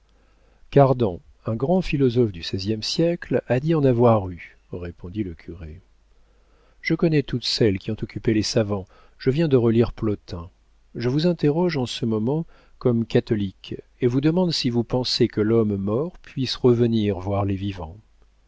partie cardan un grand philosophe du seizième siècle a dit en avoir eu répondit le curé je connais toutes celles qui ont occupé les savants je viens de relire plotin je vous interroge en ce moment comme catholique et vous demande si vous pensez que l'homme mort puisse revenir voir les vivants